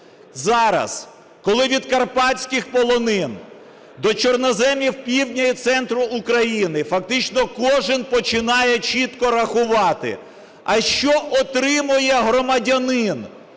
Зараз, коли від карпатських полонин до чорноземів півдня і центру України фактично кожен починає чітко рахувати, а що отримає громадянин,